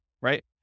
right